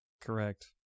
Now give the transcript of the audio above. Correct